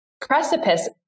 precipice